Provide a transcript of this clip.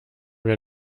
wir